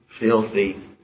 filthy